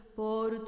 por